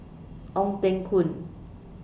Ong Teng Koon